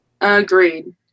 Agreed